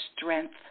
strength